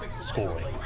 scoring